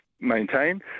maintain